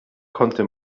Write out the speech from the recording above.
konnte